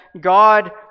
God